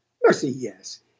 mercy, yes!